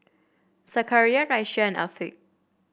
Zakaria Raisya and Afiq